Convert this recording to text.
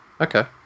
Okay